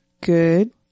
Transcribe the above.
good